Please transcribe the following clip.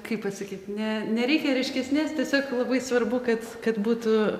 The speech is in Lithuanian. kaip pasakyt ne nereikia ryškesnės tiesiog labai svarbu kad kad būtų